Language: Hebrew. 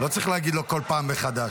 לא צריך להגיד לו בכל פעם מחדש.